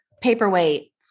paperweight